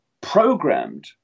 programmed